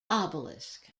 obelisk